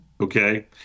okay